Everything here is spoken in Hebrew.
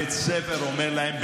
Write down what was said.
בית הספר אומר להן,